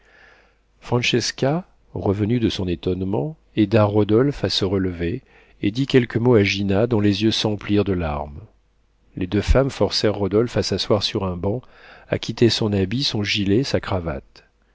francesca revenue de son étonnement aida rodolphe à se relever et dit quelques mots à gina dont les yeux s'emplirent de larmes les deux femmes forcèrent rodolphe à s'asseoir sur un banc à quitter son habit son gilet sa cravate